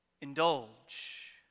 indulge